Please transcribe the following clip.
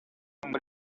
bantu